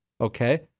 okay